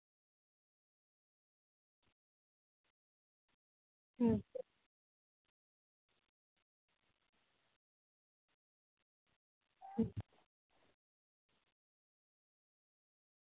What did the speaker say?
ᱦᱩᱸ